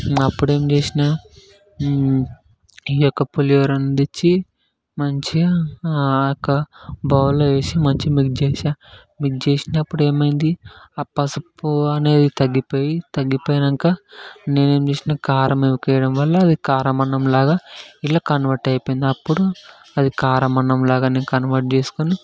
అప్పుడేమి చేసాను ఈ యొక్క పులిహోరను తెచ్చి మంచిగా ఆ యొక్క బౌల్లో వేసి మంచిగా మిక్స్ చేసాను మిక్స్ చేసినప్పుడు ఏమైంది ఆ పసుపు అనేది తగ్గిపోయి తగ్గిపోయాక నేనేమి చేసాను కారం ఎక్కువేయడం వల్ల కారం అన్నం లాగా ఇలా కన్వర్ట్ అయిపోయింది అప్పుడు అది కారం అన్నం లాగానే కన్వర్ట్ చేసుకొని